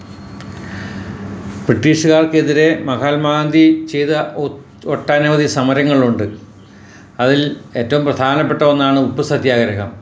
ബ്രിട്ടീഷുകാര്ക്ക് എതിരെ മഹാത്മാഗാന്ധി ചെയ്ത ഒട്ടനവധി സമരങ്ങളുണ്ട് അതില് ഏറ്റവും പ്രധാനപ്പെട്ട ഒന്നാണ് ഉപ്പ് സത്യാഗ്രഹം